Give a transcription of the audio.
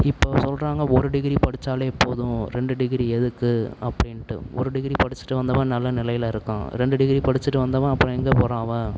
இப்போ சொல்கிறாங்க ஒரு டிகிரி படித்தாலே போதும் ரெண்டு டிகிரி எதுக்கு அப்படின்டு ஒரு டிகிரி படிச்சுட்டு வந்தவன் நல்ல நிலையில் இருக்கான் ரெண்டு டிகிரி படிச்சுட்டு வந்தவன் அப்புறம் எங்கே போகிறான் அவன்